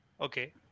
Okay